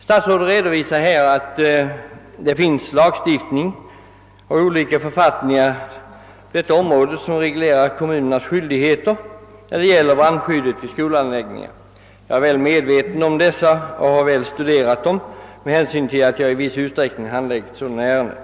Statsrådet redovisar att olika författningar på detta område reglerar kommunernas skyldigheter när det gäller brandskyddet i skolanläggningar. Jag är väl medveten-«om dessa och har studerat dem, eftersom jag i viss utsträckning handlägger sådana ärenden.